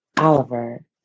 Oliver